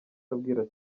abwira